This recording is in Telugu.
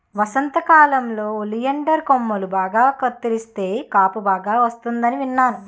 వసంతకాలంలో ఒలియండర్ కొమ్మలు బాగా కత్తిరిస్తే కాపు బాగా వస్తుందని విన్నాను